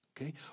okay